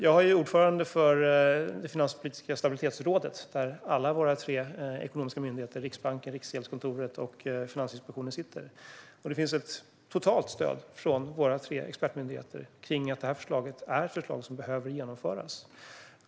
Jag är ordförande för Finanspolitiska stabilitetsrådet, där alla tre ekonomiska myndigheter - Riksbanken, Riksgäldskontoret och Finansinspektionen - sitter. Våra tre expertmyndigheter ger ett totalt stöd för förslaget, som de menar behöver genomföras.